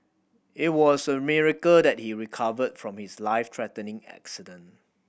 it was a miracle that he recovered from his life threatening accident